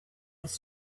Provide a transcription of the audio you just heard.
was